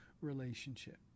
relationship